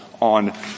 on